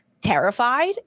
terrified